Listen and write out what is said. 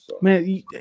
Man